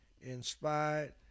inspired